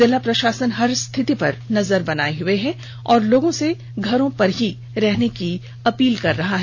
जिला प्रषासन हर स्थिति पर नजर बनाये हुए है और लोगों से घरों में ही रहने की अपील कर रहा है